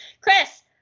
Chris